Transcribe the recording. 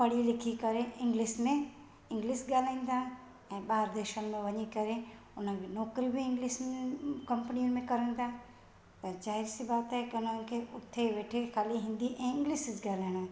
पढ़ी लिखी करे इंग्लिश में इंग्लिश ॻाल्हाइनि था ऐं ॿाहिरि देशनि में वञी करे उनमें नौकरियूं बि इंग्लिश में कंपनीअ में कनि था त ज़ाहिर सी बात आहे हुते वेठे ख़ाली हिंदी ऐं इंग्लिश ॻाल्हाइण